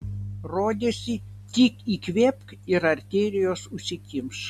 rodėsi tik įkvėpk ir arterijos užsikimš